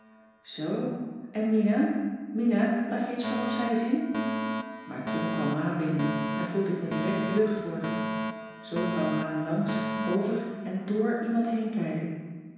mina mina laat je eens van opzij zien maar toen kwam ma binnen en voelde ik me direct lucht worden zoo kan ma langs over en door iemand heen kijken